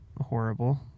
horrible